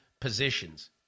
positions